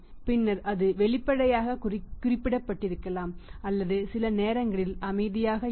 பின்னர் அது வெளிப்படையாக குறிப்பிடப்பட்டிருக்கலாம் அல்லது சிலநேரங்களில் அமைதியாக இருக்கும்